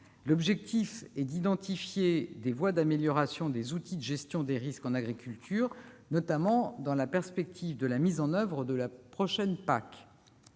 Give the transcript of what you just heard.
L'objectif est d'identifier des voies d'amélioration des outils de gestion des risques en agriculture, notamment dans la perspective de la mise en oeuvre de la prochaine PAC.